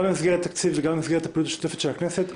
גם במסגרת התקציב וגם במסגרת הפעילות השוטפת של הכנסת.